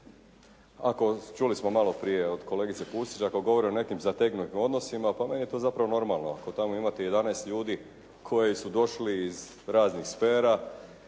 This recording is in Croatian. ako, čuli smo malo prije od kolegice Pusić, ako govore o nekim zategnutim odnosima pa meni je to zapravo normalno. Ako tamo imate 11 ljudi koji su došli iz raznih sfera